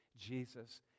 Jesus